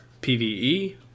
PvE